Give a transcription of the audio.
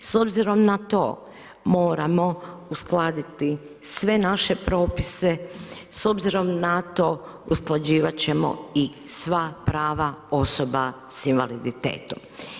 S obzirom na to, moramo uskladiti sve naše propise, s obzirom na to, usklađivati ćemo i sva prava osoba s invaliditetom.